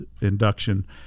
induction